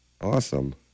Awesome